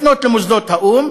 לפנות למוסדות האו"ם,